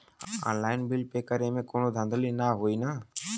Online bill pay करे में कौनो धांधली ना होई ना?